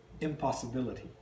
impossibility